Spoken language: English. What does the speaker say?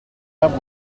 love